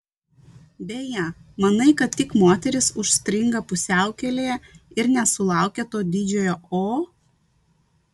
beje manai kad tik moterys užstringa pusiaukelėje ir nesulaukia to didžiojo o